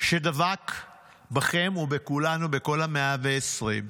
שדבקה בכם ובכולנו, בכל ה-120?